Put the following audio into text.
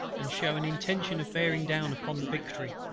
and shew an intention of bearing down upon the victory.